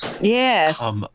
yes